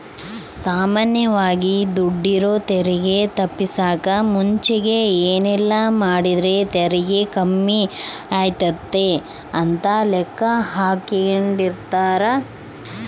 ಸಾಮಾನ್ಯವಾಗಿ ದುಡೆರು ತೆರಿಗೆ ತಪ್ಪಿಸಕ ಮುಂಚೆಗೆ ಏನೆಲ್ಲಾಮಾಡಿದ್ರ ತೆರಿಗೆ ಕಮ್ಮಿಯಾತತೆ ಅಂತ ಲೆಕ್ಕಾಹಾಕೆಂಡಿರ್ತಾರ